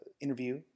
interview